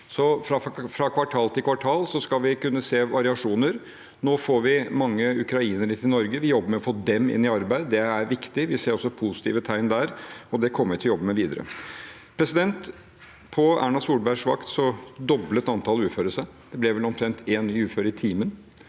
Fra kvartal til kvartal skal vi kunne se variasjoner. Nå får vi mange ukrainere til Norge, og vi jobber med å få dem inn i arbeid. Det er viktig. Vi ser også positive tegn der, og det kommer vi til å jobbe med videre. På Erna Solbergs vakt doblet antallet uføre seg. Det ble vel omtrent én ny ufør i timen.